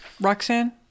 Roxanne